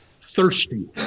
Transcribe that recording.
thirsty